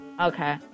Okay